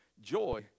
Joy